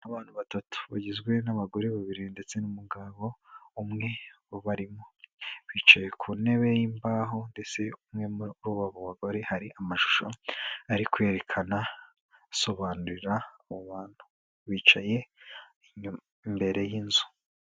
Abantu batatu bagizwe n'abagore babiri, ndetse n'umugabo umwe ubarimo. Bicaye ku ntebe y'imbaho ndetse umwe muri aba bagore hari amashusho ari kwerekana asobanurira abo bantu bicaye imbere y'inzu.